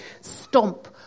stomp